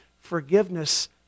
forgiveness